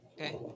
Okay